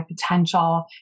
potential